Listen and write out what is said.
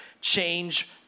change